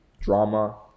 drama